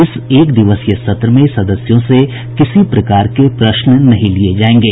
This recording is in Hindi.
इस एक दिवसीय सत्र में सदस्यों से किसी प्रकार के प्रश्न नहीं लिये जायेंगे